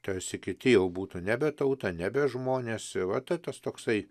tarsi kiti jau būtų nebe tauta nebe žmonės ir va ta tas toksai